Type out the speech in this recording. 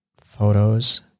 photos